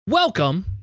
Welcome